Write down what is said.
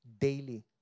daily